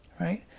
right